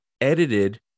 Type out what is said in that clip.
edited